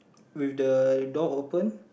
with the door open